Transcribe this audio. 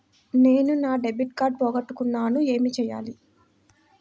నేను నా debit card పోగొట్టుకున్నాను ఏమి చేయాలి?